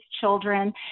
children